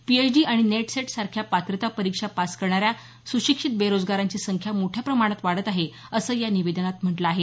PhD आणि NET SET सारख्या पात्रता परीक्षा पास करणाऱ्या सुशिक्षित बेरोजगारांची संख्या मोठ्या प्रमाणात वाढत आहे असं या निवेदनात म्हटलं आहे